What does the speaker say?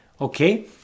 okay